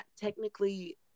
technically